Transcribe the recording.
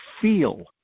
feel